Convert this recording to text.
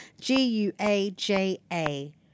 G-U-A-J-A